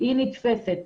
היא נתפסת.